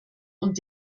und